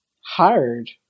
hard